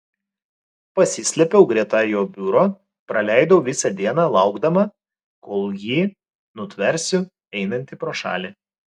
pasislėpiau greta jo biuro praleidau visą dieną laukdama kol jį nutversiu einantį pro šalį